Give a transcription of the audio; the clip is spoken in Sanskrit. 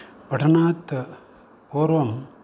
पठनात् पूर्वं